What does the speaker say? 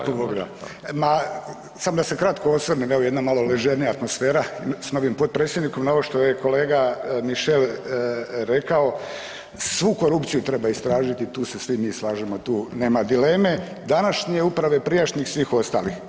Ako Bog da, ma samo da se kratko osvrnem evo jedna malo ležernija atmosfera s novim potpredsjednikom na ovo što je kolega Mišel rekao, svu korupciju treba istražiti tu se svi mi slažemo, tu nema dileme, današnje uprave, prijašnjih svih ostalih.